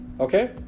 Okay